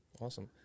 Awesome